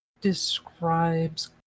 describes